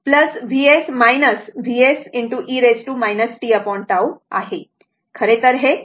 हे v0 e tT Vs Vs e tT आहे